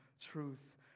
truth